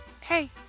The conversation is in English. Hey